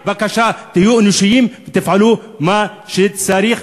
בבקשה, תהיו אנושיים ותפעלו במה שצריך.